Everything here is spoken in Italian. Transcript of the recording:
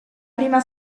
prima